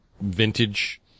vintage